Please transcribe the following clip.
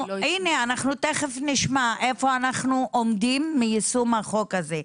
תיכף נשמע איפה אנחנו עומדים מיישום החוק הזה.